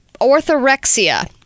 orthorexia